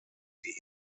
die